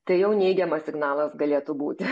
tai jau neigiamas signalas galėtų būti